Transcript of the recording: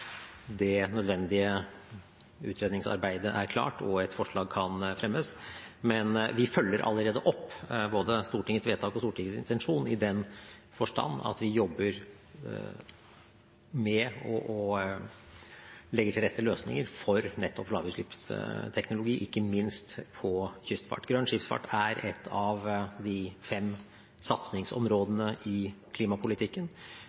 det nødvendige utredningsarbeidet er klart, og et forslag kan fremmes. Men vi følger allerede opp både Stortingets vedtak og Stortingets intensjon i den forstand at vi jobber med å legge til rette løsninger for nettopp lavutslippsteknologi ikke minst innen kystfart. Grønn skipsfart er et av de fem